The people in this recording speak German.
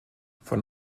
von